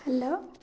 hello